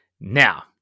Now